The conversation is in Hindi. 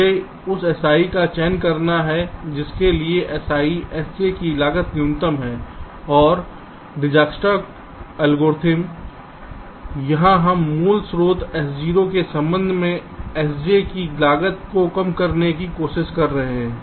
मुझे उस si का चयन करना है जिसके लिए si sj की लागत न्यूनतम है और दीजकस्ट्रा का एल्गोरिथ्म Dijkstra's algorithm यहां हम मूल स्रोत s0 के संबंध में इस sj की लागत को कम करने की कोशिश कर रहे हैं